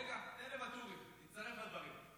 רגע, תן לוואטורי להצטרף לדברים.